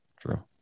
true